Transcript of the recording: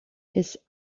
his